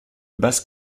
basse